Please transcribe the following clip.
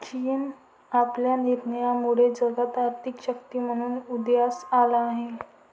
चीन आपल्या निर्यातीमुळे जगात आर्थिक शक्ती म्हणून उदयास आला आहे